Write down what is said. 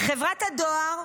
חברת הדואר,